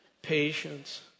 Patience